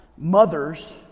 Mothers